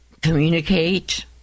communicate